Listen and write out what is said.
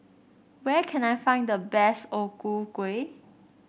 where can I find the best O Ku Kueh